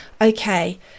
okay